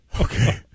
Okay